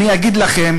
אני אגיד לכם